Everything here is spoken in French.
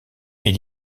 est